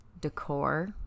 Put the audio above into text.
decor